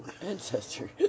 Ancestor